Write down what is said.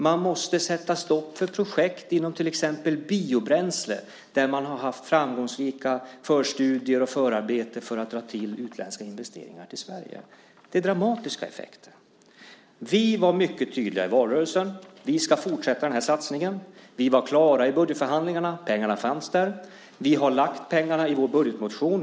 Man måste sätta stopp för projekt inom till exempel biobränsle, där man har haft framgångsrika förstudier och förarbeten för att dra utländska investeringar till Sverige. Det är dramatiska effekter. Vi var mycket tydliga i valrörelsen: Vi ska fortsätta den här satsningen. Vi var klara i budgetförhandlingarna - pengarna fanns där. Vi har lagt pengarna i vår budgetmotion.